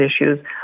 issues